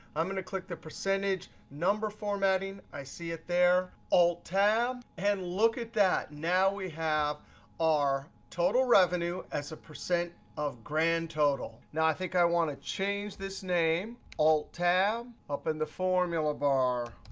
i'm going to click the percentage number formatting. i see it there. alt-tab. and look at that, now we have our total revenue as a percent of grand total. now i think i want to change this name. name. alt-tab. up in the formula bar,